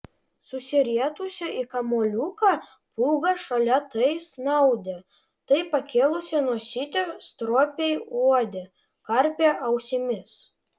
susirietusi į kamuoliuką pūga šalia tai snaudė tai pakėlusi nosytę stropiai uodė karpė ausimis